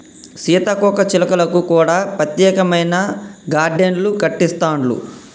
సీతాకోక చిలుకలకు కూడా ప్రత్యేకమైన గార్డెన్లు కట్టిస్తాండ్లు